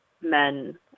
men